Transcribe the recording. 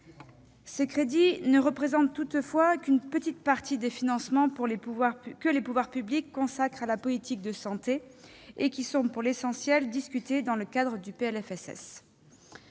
Ces crédits ne représentent toutefois qu'une petite partie des financements que les pouvoirs publics consacrent à la politique de santé. Ils sont, pour l'essentiel, discutés dans le cadre du PLFSS.